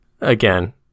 again